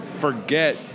forget